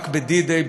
רק ב-D-Day,